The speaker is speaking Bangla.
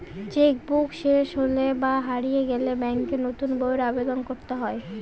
চেক বুক শেষ হলে বা হারিয়ে গেলে ব্যাঙ্কে নতুন বইয়ের আবেদন করতে হয়